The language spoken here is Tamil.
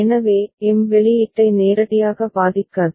எனவே எம் வெளியீட்டை நேரடியாக பாதிக்காது